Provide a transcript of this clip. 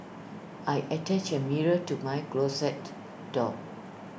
I attached A mirror to my closet door